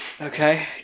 Okay